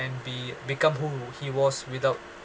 ~nd be become who he was without